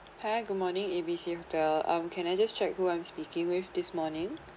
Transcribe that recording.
hi good morning A B C hotel um can I just check who I'm speaking with this morning